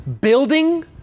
Building